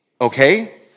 okay